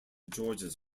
georges